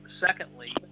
secondly